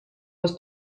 was